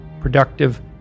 productive